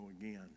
again